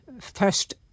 first